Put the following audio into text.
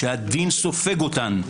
שהדין סופג אותן.